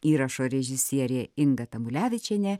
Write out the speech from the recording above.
įrašo režisierė inga tamulevičienė